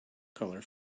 colour